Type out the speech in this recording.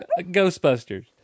ghostbusters